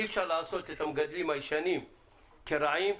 אי אפשר לעשות את המגדלים הישנים כאילו הם רעים,